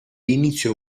inizio